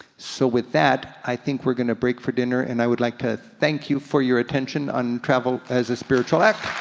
so with that, i think we're gonna break for dinner, and i would like to thank you for your attention on travel as a spiritual act.